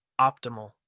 Optimal